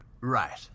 Right